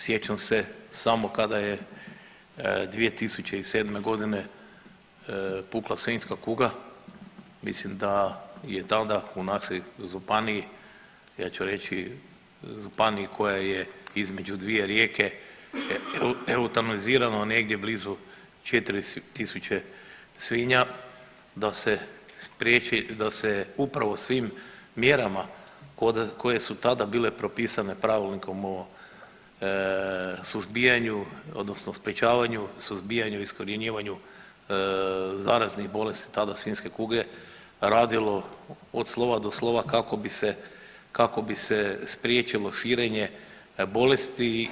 Sjećam se samo kada je 2007.g. pukla svinjska kuga, mislim da je tada u našoj županiji, ja ću reći županiji koja je između dvije rijeke eutanazirano negdje blizu 4.000 svinja, da se spriječi da se upravo svim mjerama koje su tada bile propisane pravilnikom o suzbijanju odnosno sprječavanju, suzbijanju, iskorjenjivanju zaraznih bolesti tada svinjske kuge, radilo od slova do slova kako bi se spriječilo širenje bolesti.